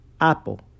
Apple